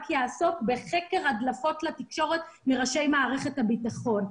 יעסוק בחקר הדלפות לתקשורת מראשי מערכת הביטחון.